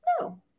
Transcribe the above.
No